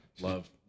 Love